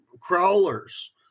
crawlers